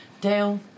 Dale